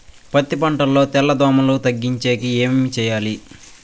పత్తి పంటలో తెల్ల దోమల తగ్గించేకి ఏమి చేయాలి?